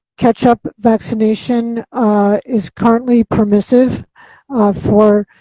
catch-up vaccination is currently permissive for